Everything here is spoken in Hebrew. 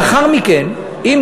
לאחר מכן, אם